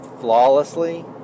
flawlessly